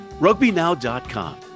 rugbynow.com